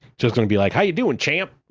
joe's gonna be like, how you doin', champ?